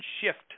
shift